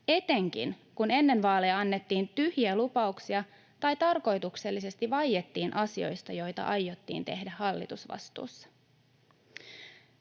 etenkin kun ennen vaaleja annettiin tyhjiä lupauksia tai tarkoituksellisesti vaiettiin asioista, joita aiottiin tehdä hallitusvastuussa.